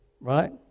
right